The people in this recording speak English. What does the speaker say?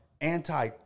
anti